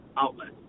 outlet